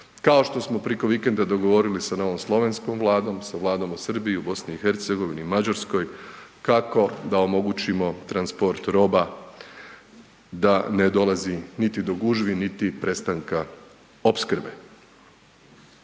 Kao što smo preko vikenda dogovorili sa novom slovenskom Vladom, sa Vladom u Srbiji, u BiH i Mađarskoj kako da omogućimo transport roba da ne dolazi niti do gužvi, niti prestanka opskrbe.